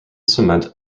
cement